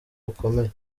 bukomeye